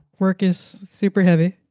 work is superheavy.